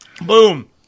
Boom